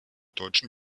deutschen